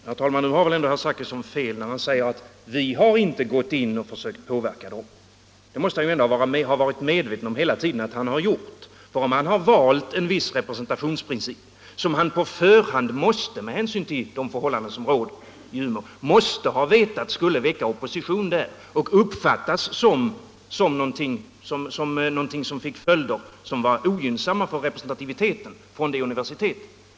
Herr talman! Nu har väl herr Zachrisson ändå fel när han säger att han inte har gått in och försökt påverka dem. Det måste han varit medveten om hela tiden att han har gjort. Om han har valt en viss representationsprincip med hänsyn till de förhållanden som råder i Umeå måste han ha vetat att det skulle väcka opposition och uppfattas som någonting som fick följder och skulle vara ogynnsamt för representativiteten vid det universitetet.